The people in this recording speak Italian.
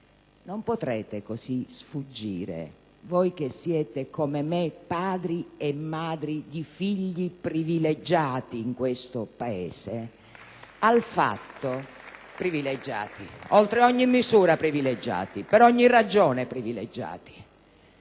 non potrete così sfuggire, voi che siete, come me, padri e madri di figli privilegiati in questo Paese - privilegiati oltre ogni misura e per ogni ragione - al dato